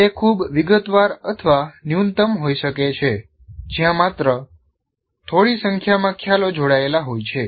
તે ખૂબ વિગતવાર અથવા ન્યૂનતમ હોઈ શકે છે જ્યાં માત્ર થોડી સંખ્યામાં ખ્યાલો જોડાયેલા હોય છે